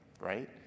right